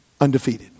undefeated